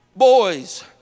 Boys